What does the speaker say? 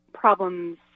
problems